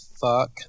fuck